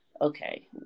okay